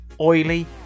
oily